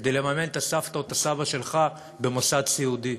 כדי לממן את הסבתא או את הסבא שלך במוסד סיעודי.